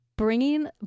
Bringing